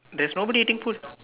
there's nobody eating food